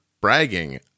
bragging